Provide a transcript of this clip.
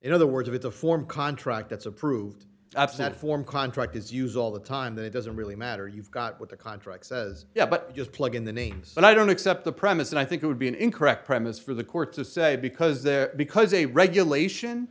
in other words if it's a form contract it's approved absent form contract is used all the time that it doesn't really matter you've got what the contract says yeah but just plug in the names and i don't accept the premise and i think it would be an incorrect premise for the court to say because there because a regulation